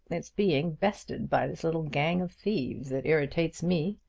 it's being bested by this little gang of thieves that irritates me!